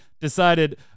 decided